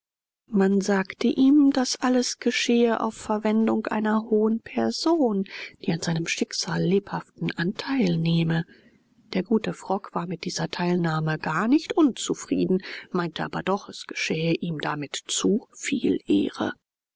man sagte ihm das alles geschehe auf verwendung einer hohen person die an seinem schicksal lebhaften anteil nehme der gute frock war mit dieser teilnahme gar nicht unzufrieden meinte aber doch es geschähe ihm damit zu viel ehre